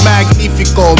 Magnifico